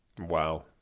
Wow